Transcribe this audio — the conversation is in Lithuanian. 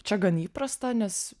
čia gan įprasta nes